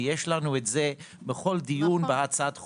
ויש לנו את זה בכל דיון בהצעת חוק.